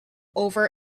over